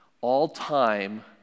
all-time